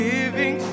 Living